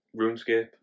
RuneScape